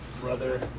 brother